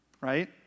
right